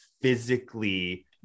physically